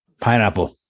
Pineapple